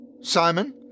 Simon